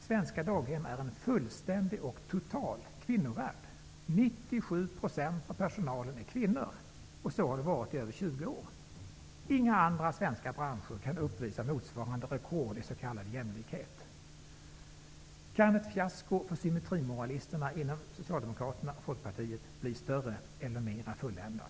Svenska daghem är en fullständig och total kvinnovärld. 97 % av personalen är kvinnor, och så har det varit i över 20 år. Inga andra svenska branscher kan uppvisa motsvarande rekord i s.k. Kan ett fiasko för symmetrimoralisterna inom Socialdemokraterna och Folkpartiet blir större eller mera fulländat?